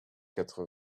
quatre